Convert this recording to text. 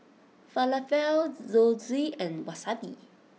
Falafel Zosui and Wasabi